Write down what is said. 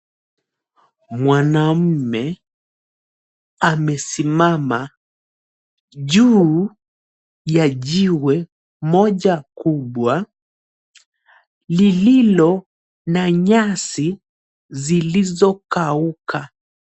Mwanmume amesimama juu ya jiwe moja kubwa lililo na nyasi zilizokauka.